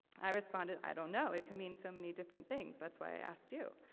i responded, i don't know, it can mean so many different things, that's why i asked you.